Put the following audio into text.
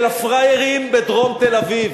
של הפראיירים בדרום תל-אביב,